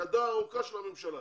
היא ידה הארוכה של הממשלה.